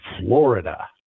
Florida